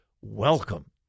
Welcome